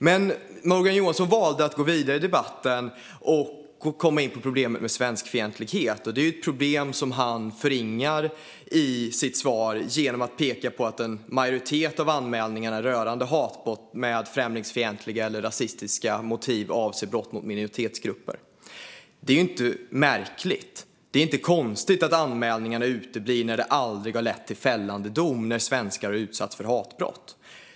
Men Morgan Johansson valde att gå vidare i debatten och komma in på problemet med svenskfientlighet. Det är ett problem som han förringar i sitt svar genom att peka på att en majoritet av anmälningarna rörande hatbrott med främlingsfientliga eller rasistiska motiv avser brott mot minoritetsgrupper. Det är ju inte märkligt. Det är inte konstigt att anmälningarna uteblir när det aldrig har lett till fällande dom att svenskar utsatts för hatbrott.